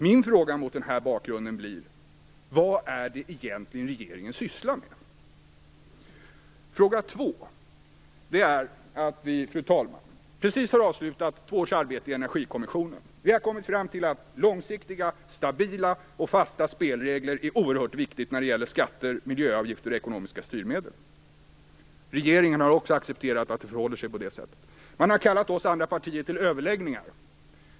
Mot denna bakgrund blir min fråga för det första: Vad är det egentligen sysslar med? Fru talman! För det andra: Vi har just avslutat två års arbete i Energikommissionen. Vi har kommit fram till att det är oerhört viktigt med långsiktiga, stabila och fasta spelregler när det gäller skatter, miljöavgifter och ekonomiska styrmedel. Regeringen har också accepterat att det förhåller sig på det sättet. Man har kallat oss övriga partier till överläggningar.